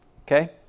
Okay